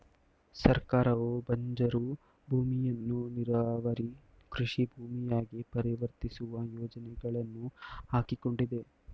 ಸರ್ಕಾರವು ಬಂಜರು ಭೂಮಿಯನ್ನು ನೀರಾವರಿ ಕೃಷಿ ಭೂಮಿಯಾಗಿ ಪರಿವರ್ತಿಸುವ ಯೋಜನೆಗಳನ್ನು ಹಾಕಿಕೊಂಡಿದೆ